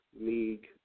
League